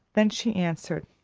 then she answered